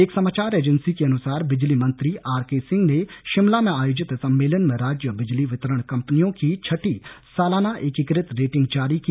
एक समाचार एजेंसी के अनुसार बिजली मंत्री आर के सिंह ने शिमला में आयोजित सम्मेलन में राज्य बिजली वितरण कंपनियों की छठी सालाना एकीकृत रेटिंग जारी की